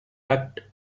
tucked